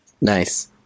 Nice